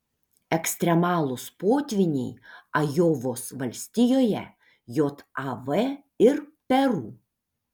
ekstremalūs potvyniai ajovos valstijoje jav ir peru